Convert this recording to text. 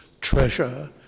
treasure